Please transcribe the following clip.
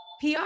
PR